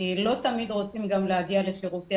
כי לא תמיד רוצים גם להגיע לשירותי